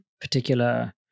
particular